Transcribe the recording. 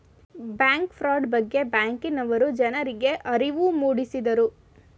bank fraud ಬಗ್ಗೆ ಬ್ಯಾಂಕಿನವರು ಜನರಿಗೆ ಅರಿವು ಮೂಡಿಸಿದರು